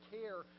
care